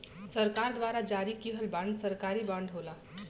सरकार द्वारा जारी किहल बांड सरकारी बांड होला